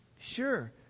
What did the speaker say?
Sure